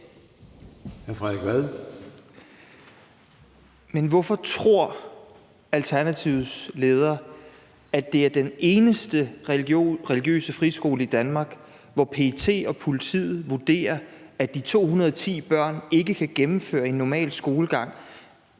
Men hvorfor tror Alternativets leder at det er den eneste religiøse friskole i Danmark, hvor PET og politiet vurderer, at de 210 børn ikke kan gennemføre en normal skolegang,